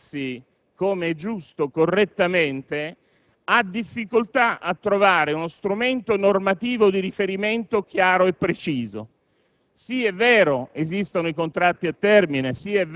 il parlamentare che vuole comportarsi - come è giusto - correttamente, ha difficoltà a trovare uno strumento normativo di riferimento chiaro e preciso.